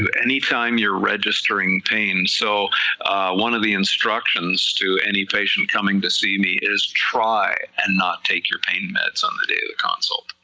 any time you're registering pain, so one of the instructions to any patient coming to see me, is try and not take your pain meds on the day of the consultation.